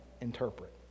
interpret